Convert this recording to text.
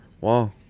Wow